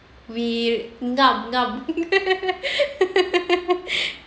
we ngam-ngam